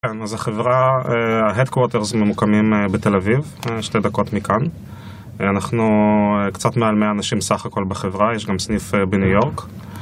כן, אז החברה, ה-Headquarters ממוקמים בתל אביב, שתי דקות מכאן. אנחנו קצת מעל 100 אנשים סך הכל בחברה, יש גם סניף בניו יורק.